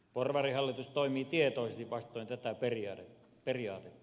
porvarihallitus toimii tietoisesti vastoin tätä periaatetta